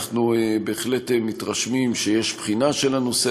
אנחנו בהחלט מתרשמים שיש בחינה של הנושא